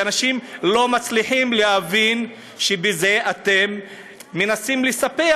שאנשים לא מצליחים להבין שבזה אתם מנסים לספח,